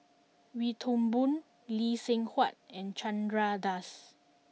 Wee Toon Boon Lee Seng Huat and Chandra Das